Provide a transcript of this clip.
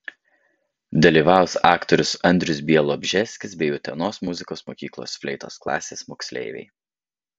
dalyvaus aktorius andrius bialobžeskis bei utenos muzikos mokyklos fleitos klasės moksleiviai